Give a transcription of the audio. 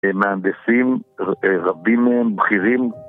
מהנדסים רבים מהם בחירים